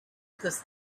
because